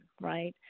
right